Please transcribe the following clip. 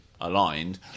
aligned